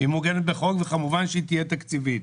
וכמובן שהיא תהיה תקציבית.